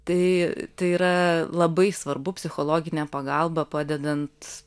tai yra labai svarbu psichologinė pagalba padedant